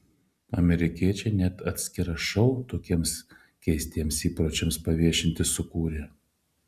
amerikiečiai net atskirą šou tokiems keistiems įpročiams paviešinti sukūrė